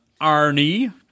Arnie